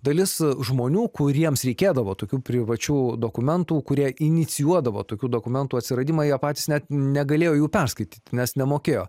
dalis žmonių kuriems reikėdavo tokių privačių dokumentų kurie inicijuodavo tokių dokumentų atsiradimą jie patys net negalėjo jų perskaityt nes nemokėjo